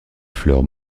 fleurs